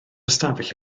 ystafell